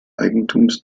eigentums